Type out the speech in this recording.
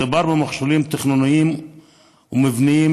מדובר במכשולים תכנוניים ומבניים,